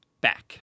back